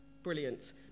brilliant